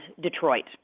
Detroit